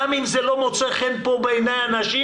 גם אם זה לא מוצא חן פה בעיני אנשים,